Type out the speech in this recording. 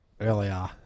earlier